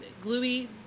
gluey